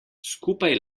skupaj